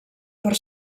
per